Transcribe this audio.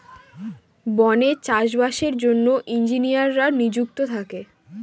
বনে চাষ বাসের জন্য ইঞ্জিনিয়াররা নিযুক্ত থাকে